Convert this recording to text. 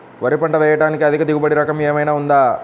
వరి పంట వేయటానికి అధిక దిగుబడి రకం ఏమయినా ఉందా?